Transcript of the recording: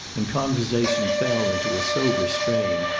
and conversation fell into a sober strain,